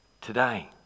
today